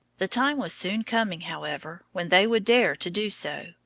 the time was soon coming, however, when they would dare to do so,